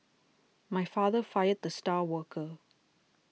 my father fired the star worker